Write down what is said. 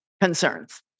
concerns